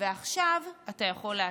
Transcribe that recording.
ועכשיו אתה יכול להתחיל.